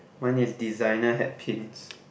my is designer had pins